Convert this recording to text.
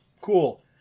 cool